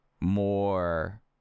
More